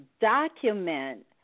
document